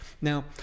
now